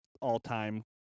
all-time